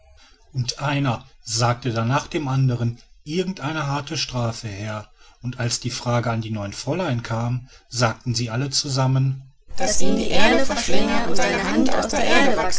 und einer sagte da nach dem andern irgendeine harte strafe her und als die frage an die neun fräulein kam sagten sie alle zusammen daß ihn die erde